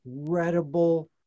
incredible